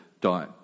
die